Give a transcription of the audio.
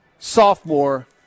sophomore